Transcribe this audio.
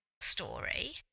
story